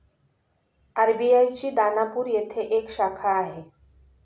RBI ची दानापूर येथे एक शाखा आहे